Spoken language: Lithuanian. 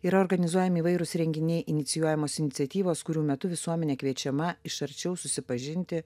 yra organizuojami įvairūs renginiai inicijuojamos iniciatyvos kurių metu visuomenė kviečiama iš arčiau susipažinti